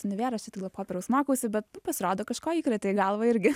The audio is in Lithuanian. univeras čia tik dėl popieriaus mokausi bet pasirodo kažko įkrėtė į galvą irgi